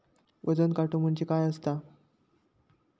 वजन काटो म्हणजे काय असता?